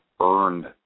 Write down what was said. earned